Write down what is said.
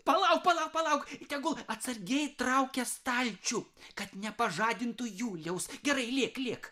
palauk palauk palauk tegul atsargiai traukia stalčių kad nepažadintų juliaus gerai lėk lėk